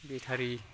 battery